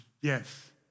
Yes